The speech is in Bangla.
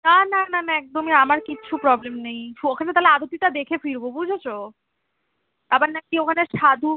না না না না একদমই আমার কিচ্ছু প্রবলেম নেই ওখানে তাহলে আরতিটা দেখে ফিরবো বুঝেছো আবার নাকি ওখানে সাধু